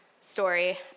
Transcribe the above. story